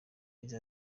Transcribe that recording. yagize